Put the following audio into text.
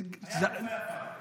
הייתה תקופה יפה.